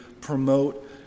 promote